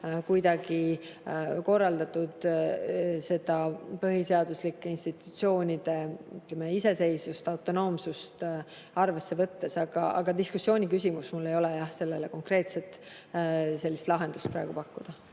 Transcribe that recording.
kuidagi korraldatud põhiseaduslike institutsioonide, ütleme, iseseisvust, autonoomsust arvesse võttes? Diskussiooni küsimus. Mul ei ole jah sellele konkreetselt lahendust praegu pakkuda.